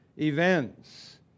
events